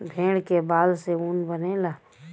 भेड़ के बाल से ऊन बनेला